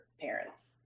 parents